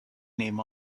name